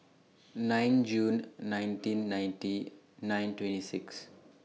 nine June nineteen ninety nine twenty six